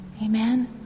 Amen